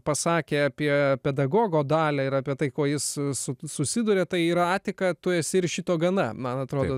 pasakė apie pedagogo dalią ir apie tai ko jis su tuo susiduria tai yra atiką tu esi ir šito gana man atrodo